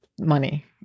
money